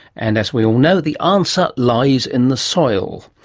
and as we all know, the answer lies in the soil.